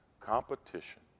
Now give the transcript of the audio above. Competition